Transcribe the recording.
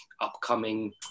upcoming